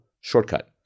shortcut